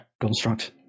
construct